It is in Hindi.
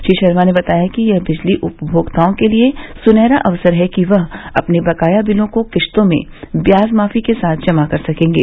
श्री शर्मा ने बताया कि यह बिजली उपमोक्ताओं के लिये सुनहरा अवसर है कि वह अपने बकाया बिलों को किस्तों में व्याजमाफी के साथ जमा कर सकेंगे